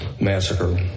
Massacre